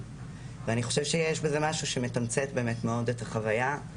ואני חושב שיש בזה משהו שמתמצת מאוד את החוויה.